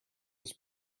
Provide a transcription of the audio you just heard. was